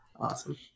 awesome